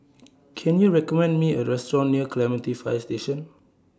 Can YOU recommend Me A Restaurant near Clementi Fire Station